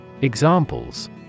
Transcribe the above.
Examples